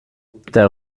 der